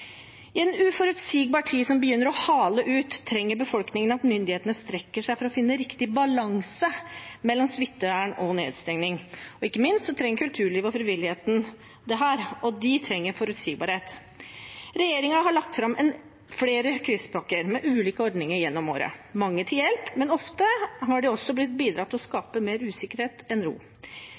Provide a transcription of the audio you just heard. I en uforutsigbar tid som begynner å hale ut, trenger befolkningen at myndighetene strekker seg for å finne riktig balanse mellom smittevern og nedstengning. Ikke minst trenger kulturlivet og frivilligheten dette, og de trenger forutsigbarhet. Regjeringen har lagt fram flere krisepakker med ulike ordninger gjennom året – mange til hjelp, men ofte har de bidratt til å skape mer usikkerhet enn ro.